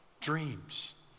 dreams